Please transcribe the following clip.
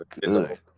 good